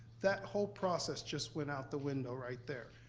that whole process just went out the window right there.